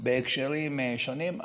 בהקשרים שונים,